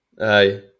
Aye